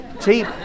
Cheap